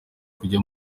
kujya